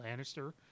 Lannister